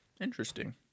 Interesting